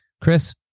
Chris